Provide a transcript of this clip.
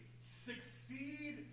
succeed